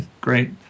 great